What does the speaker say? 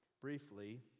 Briefly